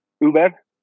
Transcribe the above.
uber